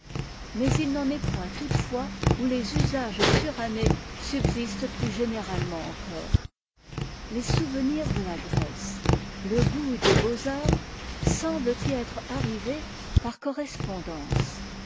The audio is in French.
mais il n'en est point toutefois où les usages surannés subsistent plus générafement encore les souvenirs de la grèce le goût des beaux-arts semblent y être arrivés par correspondance